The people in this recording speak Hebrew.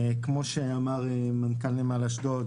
כמו שאמר מנכ"ל נמל אשדוד,